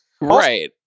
Right